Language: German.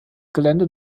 gelände